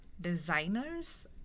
designers